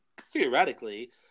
theoretically